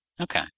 Okay